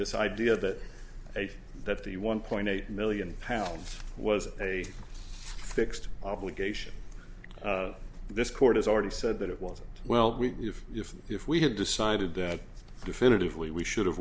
this idea that if that's the one point eight million pounds was a fixed obligation this court has already said that it wasn't well if if we had decided that definitively we should have